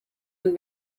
und